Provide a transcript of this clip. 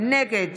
נגד